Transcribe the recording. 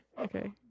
Okay